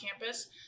campus